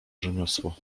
rzemiosło